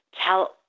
tell